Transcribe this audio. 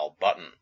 button